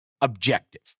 objective